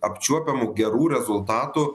apčiuopiamų gerų rezultatų